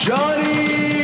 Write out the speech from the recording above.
Johnny